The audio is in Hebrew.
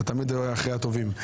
אתה תמיד אחרי הטובים.